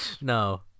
no